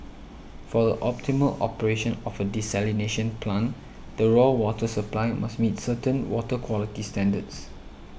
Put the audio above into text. for the optimal operation of a desalination plant the raw water supply must meet certain water quality standards